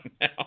now